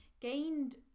gained